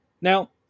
Now